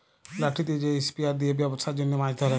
লাঠিতে যে স্পিয়ার দিয়ে বেপসার জনহ মাছ ধরে